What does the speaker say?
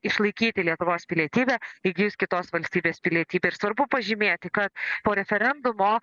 išlaikyti lietuvos pilietybę įgijus kitos valstybės pilietybę ir svarbu pažymėti kad po referendumo